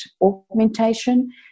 augmentation